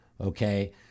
Okay